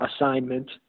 assignment